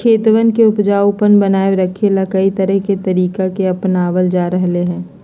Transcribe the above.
खेतवन के उपजाऊपन बनाए रखे ला, कई तरह के तरीका के अपनावल जा रहले है